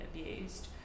abused